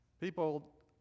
people